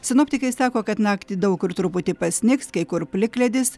sinoptikai sako kad naktį daug kur truputį pasnigs kai kur plikledis